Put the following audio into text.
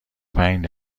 پنج